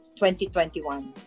2021